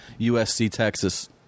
USC-Texas